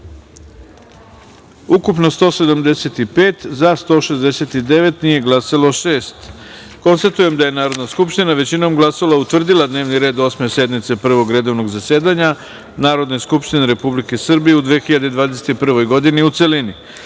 ukupno – 175, za – 169, nije glasalo šestoro. Konstatujem da je Narodna skupština većinom glasova utvrdila dnevni red Osme sednice Prvog redovnog zasedanja Narodne skupštine Republike Srbije u 2021. godini, u celini.D